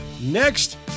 next